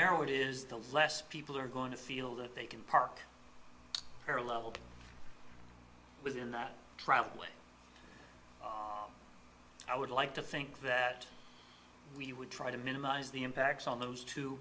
narrow it is the less people are going to feel that they can park parallel within that traveled way i would like to think that we would try to minimize the impacts on those two